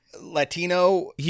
Latino